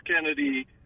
Kennedy